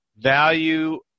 value